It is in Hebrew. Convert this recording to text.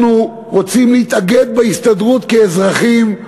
אנחנו רוצים להתאגד בהסתדרות כאזרחים.